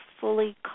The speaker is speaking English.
fully